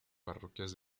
parroquias